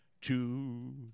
Two